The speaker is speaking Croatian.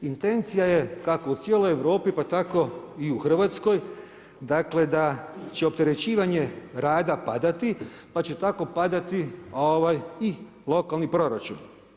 Intencija je kakva u cijeloj Europi pa tako i u Hrvatskoj, dakle da će opterećivanje rada padati pa će tako padati i lokalni proračun.